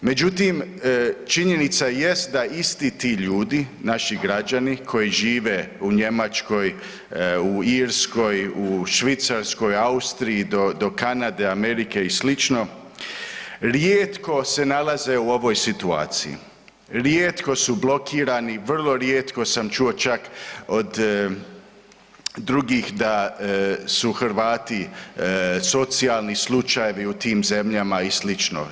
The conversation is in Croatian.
Međutim, činjenica jest da isti ti ljudi, naši građani koji žive u Njemačkoj, u Irskoj, u Švicarskoj, Austriji do, do Kanade, Amerike i slično rijetko se nalaze u ovoj situaciji, rijetko su blokirani, vrlo rijetko sam čuo čak od drugih da su Hrvati socijalni slučajevi u tim zemljama i slično.